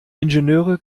ingenieure